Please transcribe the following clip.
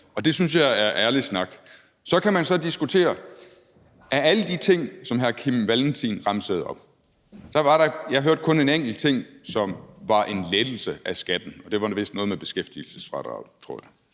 og det synes jeg er ærlig snak. Så kan man diskutere en anden ting. Af alle de ting, som hr. Kim Valentin remsede op, hørte jeg kun en enkelt ting, som var en lettelse af skatten, og det var vist noget med beskæftigelsesfradraget, tror jeg.